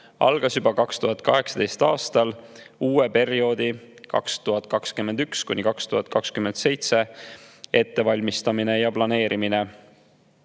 algas juba 2018. aastal uue perioodi 2021–2027 ettevalmistamine ja planeerimine